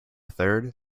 third